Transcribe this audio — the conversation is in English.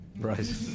right